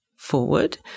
forward